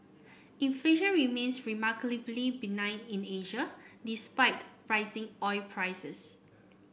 inflation remains remarkably benign in Asia despite rising oil prices